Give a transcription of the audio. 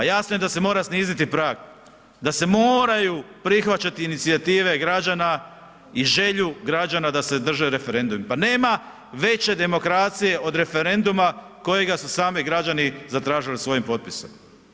Pa jasno je da se mora sniziti prag, da se moraju prihvaćati inicijative građana i želju građana da se održe referendumi, pa nema veće demokracije od referenduma kojega su sami građani zatražili svojim potpisom.